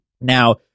now